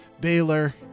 baylor